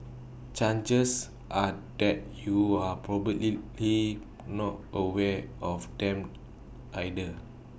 changes are that you're probably not aware of them either